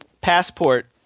passport